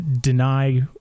deny